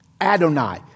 Adonai